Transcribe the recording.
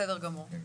בסדר גמור.